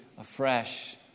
afresh